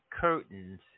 curtains